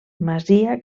masia